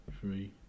three